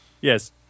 Yes